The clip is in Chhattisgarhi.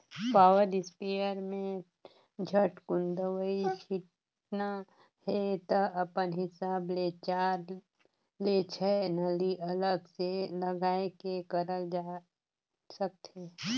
पावर स्पेयर में झटकुन दवई छिटना हे त अपन हिसाब ले चार ले छै नली अलग से लगाये के करल जाए सकथे